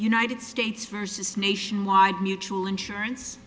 united states versus nationwide mutual insurance